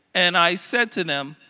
and i said to them,